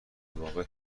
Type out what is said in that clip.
واقع